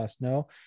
No